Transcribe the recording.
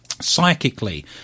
psychically